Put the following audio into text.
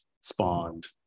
spawned